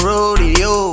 Rodeo